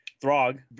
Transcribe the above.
Throg